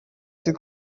ddydd